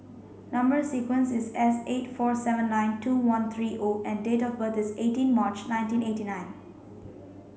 number sequence is S eight four seven nine two one three O and date of birth is eighteen March nineteen eighty nine